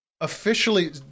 officially